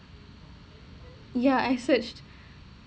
ya I searched